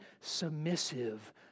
submissive